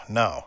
no